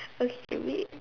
first to read